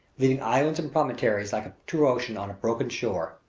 leaving islands and promontories like a true ocean on a broken shore.